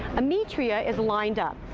ametria is lined up.